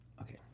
Okay